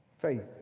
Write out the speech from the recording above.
faith